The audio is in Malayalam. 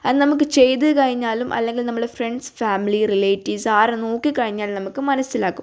അത് നമുക്ക് ചെയ്തുകഴിഞ്ഞാലും അല്ലെങ്കിൽ നമ്മളെ ഫ്രണ്ട്സ് ഫാമിലി റിലേറ്റീവ്സ് ആരെ നോക്കിക്കഴിഞ്ഞാൽ നമുക്ക് മനസ്സിലാകും